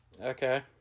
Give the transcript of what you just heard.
Okay